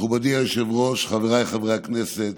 מכובדי היושב-ראש, חבריי חברי הכנסת,